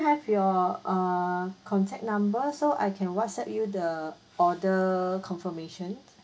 have your err contact number so I can WhatsApp you the order confirmation